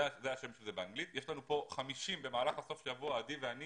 יש לנו כאן 50 במהלך סוף השבוע עדי ואני